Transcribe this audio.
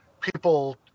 people